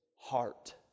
heart